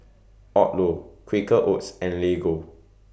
Odlo Quaker Oats and Lego